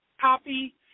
copy